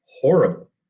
horrible